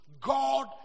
god